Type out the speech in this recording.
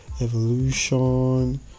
evolution